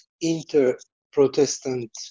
inter-Protestant